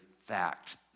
fact